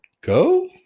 go